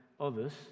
others